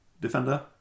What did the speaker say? defender